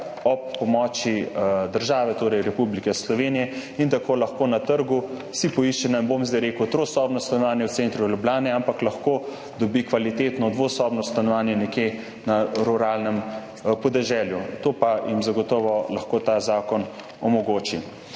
ob pomoči države, torej Republike Slovenije. In tako lahko na trgu poišče, ne bom zdaj rekel trosobno stanovanje v centru Ljubljane, ampak lahko dobi kvalitetno dvosobno stanovanje nekje na ruralnem podeželju. To pa jim zagotovo lahko ta zakon omogoči.